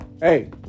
hey